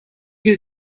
gilt